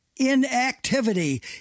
Inactivity